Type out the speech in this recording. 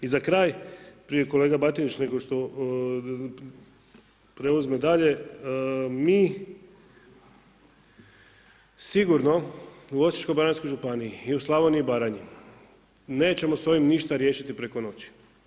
I za kraj, prije kolega Batinić nego što preuzme dalje, mi sigurno u Osječko-baranjskoj županiji i u Slavoniji i Baranji nećemo s ovim ništa riješiti preko noći.